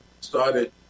started